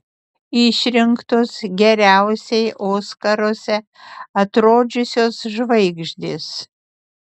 išrinktos geriausiai oskaruose atrodžiusios žvaigždės